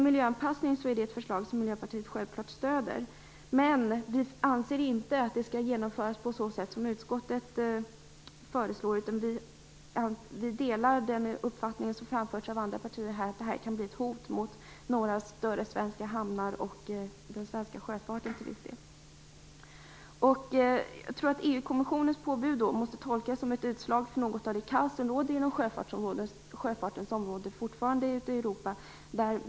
Miljöpartiet stöder självfallet förslaget om miljöanpassning, men vi anser inte att det skall genomföras på det sättet som utskottet föreslår. Vi delar den uppfattning som framförts av andra partier om att genomförandet kan bli ett hot mot några större svenska hamnar och till viss del mot den svenska sjöfarten. Jag tror att EU-kommissionens påbud måste tolkas som ett utslag för det kaos som fortfarande råder inom sjöfartens område ute i Europa.